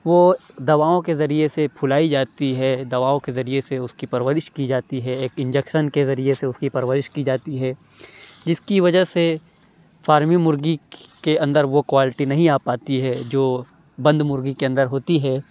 وہ دواؤں کے ذریعے سے پُھلائی جاتی ہے دواؤں کے ذریعے سے اُس کی پرورش کی جاتی ہے ایک انجیکشن کے ذریعے سے اُس کی پرورش کی جاتی ہے جس کی وجہ سے فارمی مرغی کے اندر وہ کوائلٹی نہیں آ پاتی ہے جو بند مرغی کے اندر ہوتی ہے